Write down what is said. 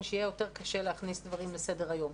שיהיה קשה להכניס דברים לסדר היום.